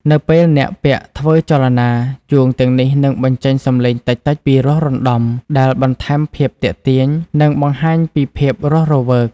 នៅពេលអ្នកពាក់ធ្វើចលនា ជួងទាំងនេះនឹងបញ្ចេញ សំឡេងតិចៗពីរោះរណ្តំ ដែលបន្ថែមភាពទាក់ទាញ និងបង្ហាញពីភាពរស់រវើក។